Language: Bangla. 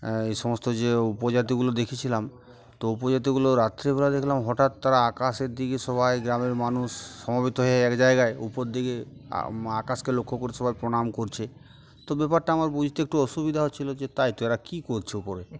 এই সমস্ত যে উপজাতিগুলো দেখেছিলাম তো উপজাতিগুলো রাত্রেবেলা দেখলাম হঠাৎ তারা আকাশের দিকে সবাই গ্রামের মানুষ সমবেত হয়ে এক জায়গায় উপর দিকে আকাশকে লক্ষ্য করে সবাই প্রণাম করছে তো ব্যাপারটা আমার বুঝতে একটু অসুবিধা হচ্ছিলো যে তাই তো এরা কী করছে উপরে